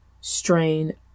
strain